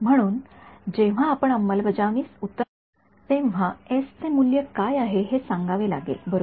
म्हणून जेव्हा आपण अंमलबजावणीस उतरतो तेव्हा चे मूल्य काय आहे ते सांगावे लागेल बरोबर